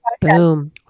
boom